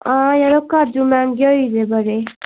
हां यरो काजू मैंह्गे होई गेदे बड़े